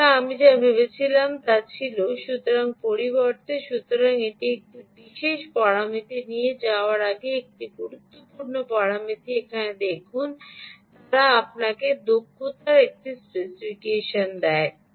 সুতরাং আমি যা ভেবেছিলাম তা ছিল সুতরাং পরিবর্তে সুতরাং এখানে একটি বিশেষ পরামিতি নিয়ে যাওয়ার আগে একটি গুরুত্বপূর্ণ পরামিতি এখানে দেখুন তারা আপনাকে দক্ষতার একটি স্পেসিফিকেশন দেয়